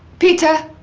peter,